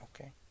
Okay